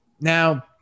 now